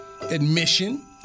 Admission